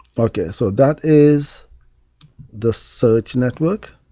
okay, so that is the search network.